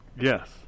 Yes